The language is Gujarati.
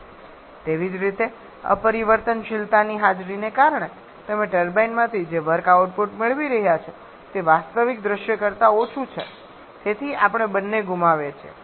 તેવી જ રીતે અપરિવર્તનશીલતાની હાજરીને કારણે તમે ટર્બાઇનમાંથી જે વર્ક આઉટપુટ મેળવી રહ્યા છો તે વાસ્તવિક દૃશ્ય કરતાં ઓછું છે તેથી આપણે બંને ગુમાવીએ છીએ